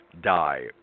die